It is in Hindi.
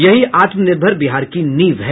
यही आत्मनिर्भर बिहार की नींव है